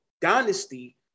dynasty